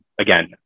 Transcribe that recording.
Again